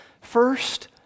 First